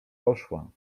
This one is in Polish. poszła